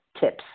Tips